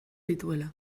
dituela